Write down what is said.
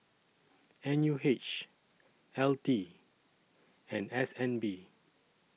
N U H L T and S N B